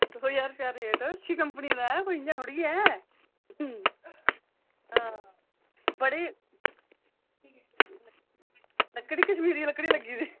दौ ज्हार अच्छी कंपनी दा ऐ कोई इंया थोह्ड़ी ऐ आं बड़ी लकड़ी कशमीरी लकड़ी लग्गी दी ऐ